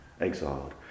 exiled